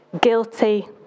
Guilty